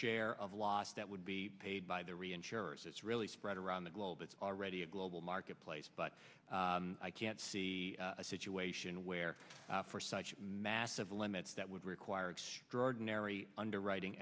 share of lost that would be paid by the reinsurers it's really spread around the globe it's already a global marketplace but i can't see a situation where for such massive limits that would require extraordinary underwriting